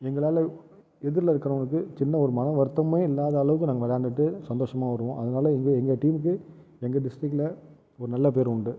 எங்களால் எதிரில் இருக்குறவங்களுக்கு சின்ன ஒரு மன வருத்தமுமே இல்லாத அளவுக்கு நாங்கள் விளையாண்டுட்டு சந்தோசமாக வருவோம் அதனால் எங்கள் எங்கள் டீம்க்கு எங்கள் டிஸ்ட்ரிக்கில் ஒரு நல்ல பெயர் உண்டு